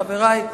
חברי,